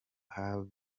haba